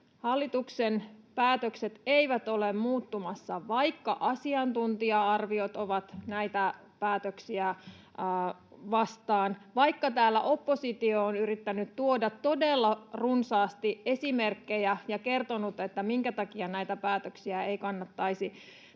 hallituksen päätökset eivät ole muuttumassa. Vaikka asiantuntija-arviot ovat näitä päätöksiä vastaan, vaikka täällä oppositio on yrittänyt tuoda todella runsaasti esimerkkejä ja kertonut, minkä takia näitä päätöksiä ei kannattaisi